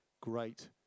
great